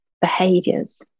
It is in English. behaviors